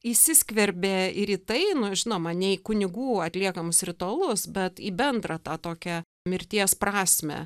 įsiskverbė ir į tai žinoma nei į kunigų atliekamus ritualus bet į bendrą tą tokią mirties prasmę